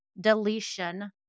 deletion